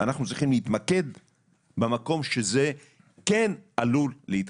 אנחנו צריכים להתמקד במקום שזה כן עלול להתרסק.